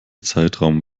zeitraum